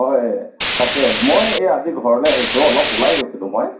হয় তাকে মই এই আজি ঘৰলৈ আহিছোঁ অলপ ওলাই গৈছিলোঁ মই